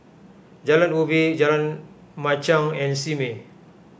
Jalan Ubi Jalan Machang and Simei